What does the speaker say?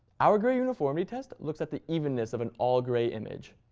our gray uniformity test looks at the eveness of an all gray image.